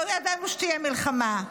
לא ידענו שתהיה מלחמה,